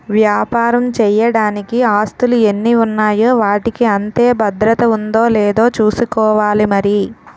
వ్యాపారం చెయ్యడానికి ఆస్తులు ఎన్ని ఉన్నాయో వాటికి అంతే భద్రత ఉందో లేదో చూసుకోవాలి మరి